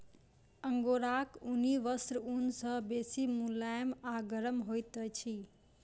अंगोराक ऊनी वस्त्र ऊन सॅ बेसी मुलैम आ गरम होइत अछि